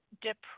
depression